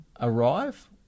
arrive